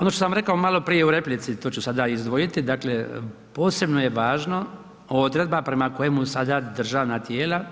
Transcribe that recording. Ono što sam rekao maloprije u replici, to ću sada izdvojiti, dakle, posebno je važno odredba prema kojemu sada državna tijela,